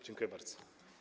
Dziękuję bardzo.